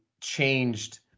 changed